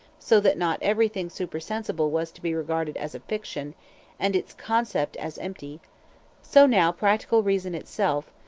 so that not everything supersensible was to be regarded as a fiction and its concept as empty so now practical reason itself,